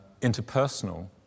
Interpersonal